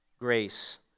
grace